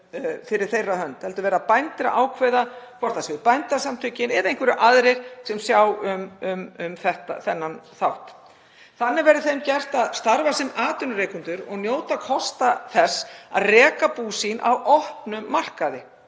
fyrir þeirra hönd heldur verði bændur að ákveða hvort það séu Bændasamtökin eða einhverjir aðrir sem sjái um þennan þátt. Þannig verði þeim gert að starfa sem atvinnurekendur og njóta kosta þess að reka bú sín á opnum markaði.